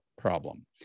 problem